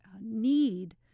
need